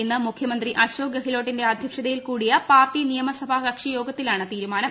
ഇന്ന് മുഖ്യമന്ത്രി അശോക് ഗെലോട്ടിന്റെ അധ്യക്ഷതയിൽ കൂടിയ പാർട്ടി നിയമസഭാ കക്ഷി യോഗത്തിലാണ് തീരുമാനം